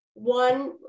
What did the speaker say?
One